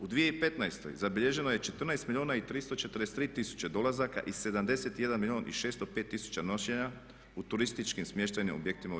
U 2015. zabilježeno je 14 milijuna i 343 tisuće dolazaka i 71 milijun i 605 tisuća noćenja u turističkim smještajnim objektima u RH.